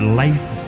life